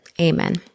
amen